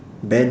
band